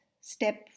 step